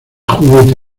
juguete